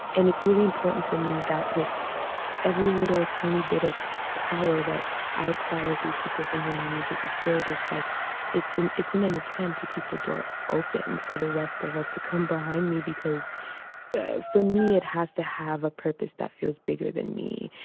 and it's really important for me that with every little tiny bit of power that i acquired through people thinking my music is good it's like it's it's in an attempt to keep the door open for the rest of us to come behind me because for me it has to have a purpose that feels bigger than me.